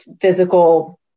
physical